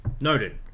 Noted